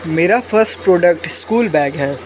मेरा first product school bag है